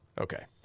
Okay